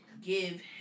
give